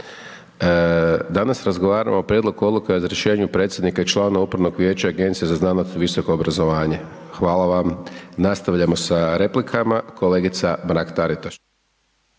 danas razgovaramo o prijedlogu odluka o razrješenju predsjednika i članova upravnog vijeća Agencije za znanost i visoko obrazovanje. Hvala vam. Nastavljamo sa replikama, kolegica Mrak Taritaš.